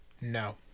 No